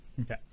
Okay